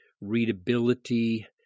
readability